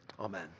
Amen